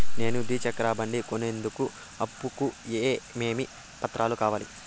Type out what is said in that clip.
నేను ద్విచక్ర బండి కొనేందుకు అప్పు కు ఏమేమి పత్రాలు కావాలి?